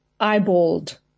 eyeballed